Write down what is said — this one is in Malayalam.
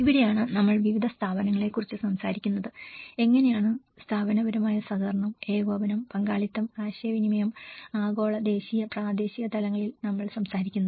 ഇവിടെയാണ് നമ്മൾ വിവിധ സ്ഥാപനങ്ങളെക്കുറിച്ച് സംസാരിക്കുന്നത് എങ്ങനെയാണ് സ്ഥാപനപരമായ സഹകരണം ഏകോപനം പങ്കാളിത്ത ആശയവിനിമയം ആഗോള ദേശീയ പ്രാദേശിക തലങ്ങളിൽ നമ്മൾ സംസാരിക്കുന്നത്